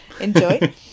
enjoy